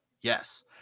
yes